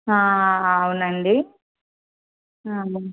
అవునండి